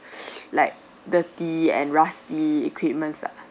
like dirty and rusty equipments lah